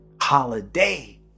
holiday